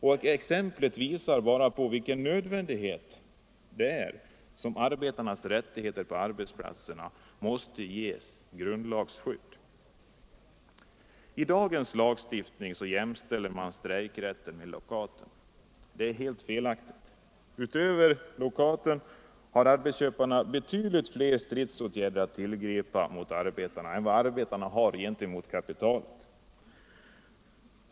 Exemplet visar bara hur nödvändigt det är att arbetarnas rättigheter på arbetsplatserna ges grundlagsskydd. I dagens lagstiftning jämställer man strejkrätten med rätten till lockout. Det är helt felaktigt. Arbetsköparna har utöver lockouten betydligt fler stridsåtgärder att tillgripa mot arbetarna än vad arbetarna utöver strejken har mot kapitalet.